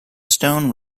stone